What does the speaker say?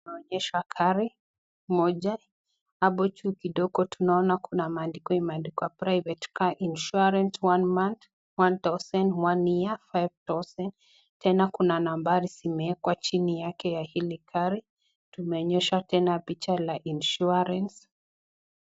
Inaonyesha gari moja. Hapo juu kidogo tunaona kuna maandiko imeandikwa Private Car Insurance, one month 1000, one year 5000 . Tena kuna nambari zimewekwa chini yake ya hili gari. Tumeonyesha tena picha la insurance .